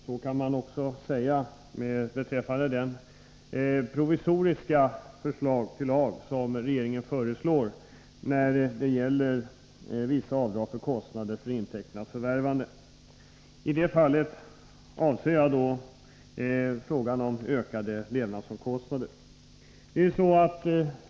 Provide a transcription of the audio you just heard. Så kan man också säga beträffande det provisoriska förslag till lag som regeringen lagt fram när det gäller vissa avdrag för kostnader för intäkternas förvärvande. Jag avser då frågan om ökade levnadsomkostnader.